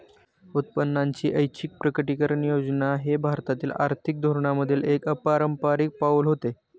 उत्पन्नाची ऐच्छिक प्रकटीकरण योजना हे भारतीय आर्थिक धोरणांमधील एक अपारंपारिक पाऊल होते